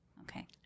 Okay